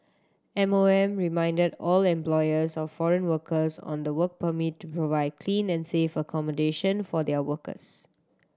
M O M reminded all employers of foreign workers on the work permit to provide clean and safe accommodation for their workers